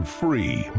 free